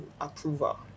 approval